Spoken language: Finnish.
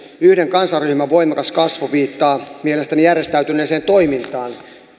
yhden kansanryhmän voimakas kasvu viittaa mielestäni järjestäytyneeseen toimintaan